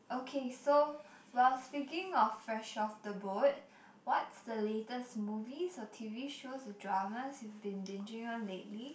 okay so while speaking of fresh off the boat what's the latest movies or t_v shows dramas you've been binging on lately